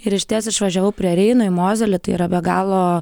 ir išties išvažiavau prie reino į mozelį tai yra be galo